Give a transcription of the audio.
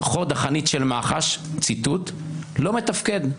"חוד החנית של מח"ש לא מתפקד",